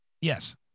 Yes